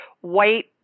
white